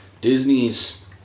Disney's